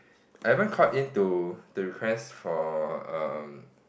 I haven't called in to to request for um